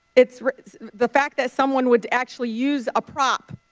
it's the fact that someone would actually use a prop,